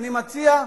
ואני מציע,